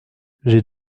j’ai